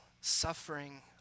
suffering